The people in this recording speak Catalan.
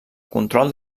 control